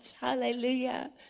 Hallelujah